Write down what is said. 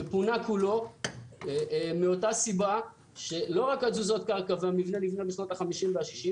שפונה כולו לא רק בגלל תזוזות הקרקע ושהמבנה נבנה בשנות ה-50 וה-60,